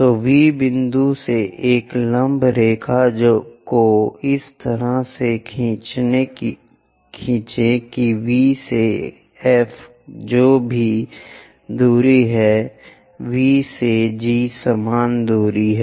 तो V बिंदु से एक लंब रेखा को इस तरह से खींचें कि V से F जो भी दूरी है V से G समान दूरी है